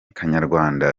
kanyarwanda